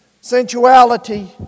sensuality